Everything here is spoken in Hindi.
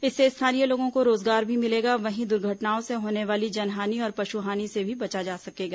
इससे स्थानीय लोगों को रोजगार मिलेगा वहीं दुर्घटनाओं से होने वाली जनहानि और पशुहानि से भी बचा जा सकेगा